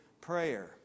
prayer